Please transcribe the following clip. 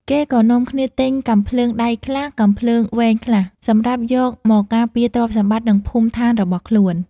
គេក៏នាំគ្នាទិញកាំភ្លើងដៃខ្លះ កាំភ្លើងវែងខ្លះ សម្រាប់យកមកការពារទ្រព្យសម្បត្ដិនិងភូមិឋានរបស់ខ្លួន។